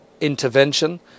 intervention